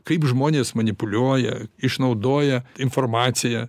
kaip žmonės manipuliuoja išnaudoja informaciją